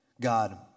God